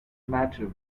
matter